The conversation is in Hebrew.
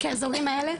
כאזורים האלה?